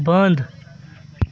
بنٛد